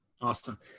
Awesome